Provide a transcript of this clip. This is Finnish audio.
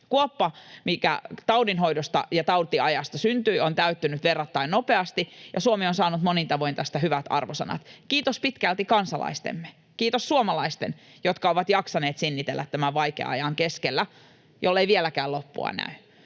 Kuoppa, mikä taudinhoidosta ja tautiajasta syntyi, on täyttynyt verrattain nopeasti, ja Suomi on saanut monin tavoin tästä hyvät arvosanat — kiitos pitkälti kansalaistemme. Kiitos suomalaisten, jotka ovat jaksaneet sinnitellä tämän vaikean ajan keskellä, jolle ei vieläkään loppua näy.